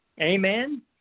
Amen